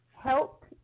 help